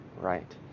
Right